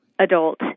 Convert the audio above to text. adult